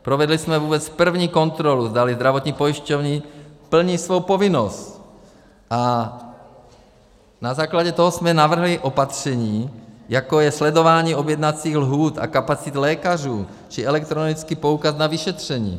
Provedli jsme vůbec první kontrolu, zdali zdravotní pojišťovny plní svou povinnost, a na základě toho jsme navrhli opatření, jako je sledování objednacích lhůt a kapacit lékařů či elektronický poukaz na vyšetření.